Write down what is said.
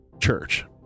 church